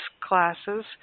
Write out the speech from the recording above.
classes